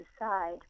decide